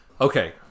Okay